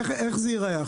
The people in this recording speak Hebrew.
איך זה ייראה?